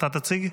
אתה תציג?